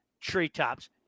Treetops